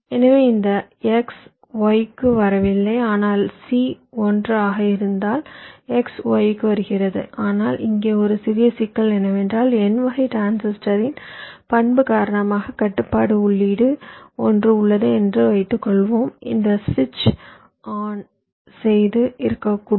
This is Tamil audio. எனவே இந்த X Y க்கு வரவில்லை ஆனால் C 1 ஆக இருந்தால் X Y க்கு வருகிறது ஆனால் இங்கே ஒரு சிறிய சிக்கல் என்னவென்றால் n வகை டிரான்சிஸ்டரின் பண்பு காரணமாக கட்டுப்பாட்டு உள்ளீடு 1 உள்ளது என்று வைத்துக்கொள்வோம் இந்த சுவிட்ச் ஆன் செய்து இருக்க வேண்டும்